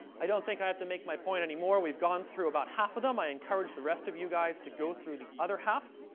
i don't think i have to make my point anymore. we've gone through about half of them. i encourage the rest of you guys to go through the other half.